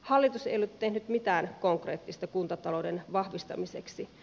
hallitus ei ole tehnyt mitään konkreettista kuntatalouden vahvistamiseksi